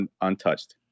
untouched